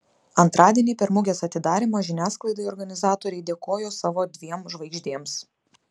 antradienį per mugės atidarymą žiniasklaidai organizatoriai dėkojo savo dviem žvaigždėms